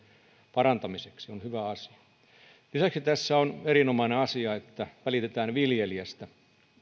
parantamiseksi on hyvä asia lisäksi tässä on erinomainen asia että välitetään viljelijästä